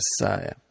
messiah